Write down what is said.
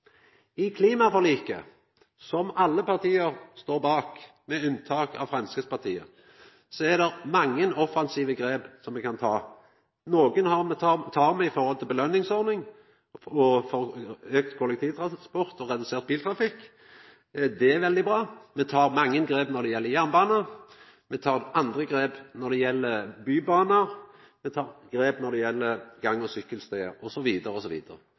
I klimaforliket, som alle parti står bak, med unntak av Framstegspartiet, er det mange offensive grep me kan ta. Nokre tek me i forhold til ei belønningsordning, med auka kollektivtransport og redusert biltrafikk – det er veldig bra. Me tek mange grep når det gjeld jernbane. Me tek andre grep når det gjeld bybaner, me tek grep når det gjeld gangvegar og